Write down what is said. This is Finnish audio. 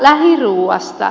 lähiruuasta